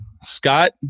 Scott